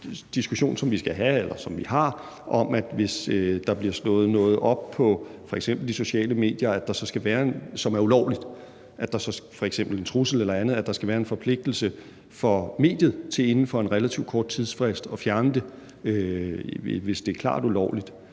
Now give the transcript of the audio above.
er der den diskussion, som vi har, om, at der, hvis der bliver slået noget op på f.eks. de sociale medier, som er ulovligt, f.eks. en trussel eller andet, så skal være en forpligtelse for mediet til inden for en relativt kort tidsfrist at fjerne det, hvis det er klart ulovligt,